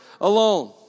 alone